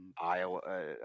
Iowa